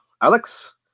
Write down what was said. Alex